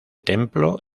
templo